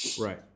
right